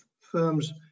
firms